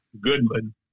Goodman